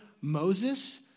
Moses